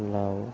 লাও